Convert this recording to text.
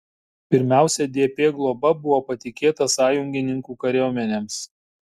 pirmiausia dp globa buvo patikėta sąjungininkų kariuomenėms